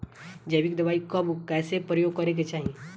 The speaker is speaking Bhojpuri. जैविक दवाई कब कैसे प्रयोग करे के चाही?